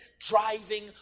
driving